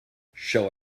shall